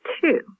two